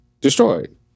destroyed